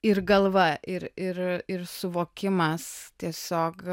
ir galva ir ir ir suvokimas tiesiog